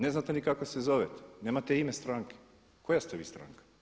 Ne znate ni kako se zovete, nemate ime stranke, koja ste vi stranka?